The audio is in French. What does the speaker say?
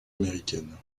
américaines